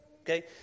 Okay